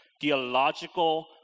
theological